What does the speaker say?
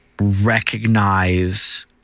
recognize